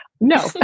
No